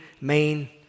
main